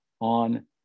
on